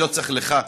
לך,